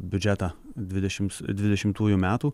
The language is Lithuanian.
biudžetą dvidešimt dvidešimtųjų metų